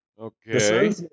Okay